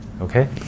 Okay